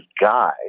guy